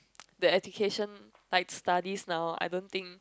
the education like studies now I don't think